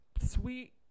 sweet